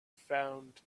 found